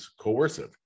coercive